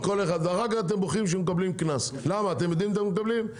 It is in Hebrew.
ואחר כך אתם בוכים שמקבלים קנס אתם יודעים למה אתם מקבלים?